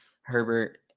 Herbert